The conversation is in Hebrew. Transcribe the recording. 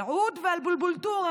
על עוּד ועל בולבול טרנג.